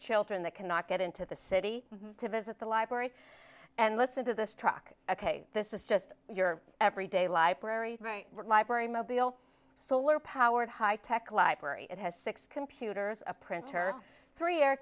children that cannot get into the city to visit the library and listen to this truck ok this is just your every day library right library mobile solar powered high tech library it has six computers a printer three air